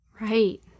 Right